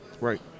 Right